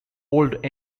old